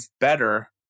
better